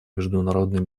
международной